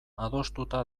adostuta